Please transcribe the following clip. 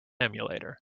emulator